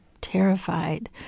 terrified